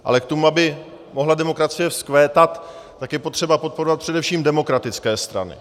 Ale k tomu, aby mohla demokracie vzkvétat, je potřeba podporovat především demokratické strany.